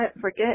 Forget